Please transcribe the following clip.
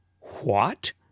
What